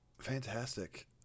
Fantastic